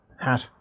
hat